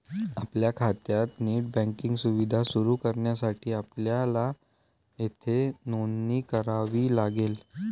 आपल्या खात्यात net banking सुविधा सुरू करण्यासाठी आपल्याला येथे नोंदणी करावी लागेल